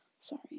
Sorry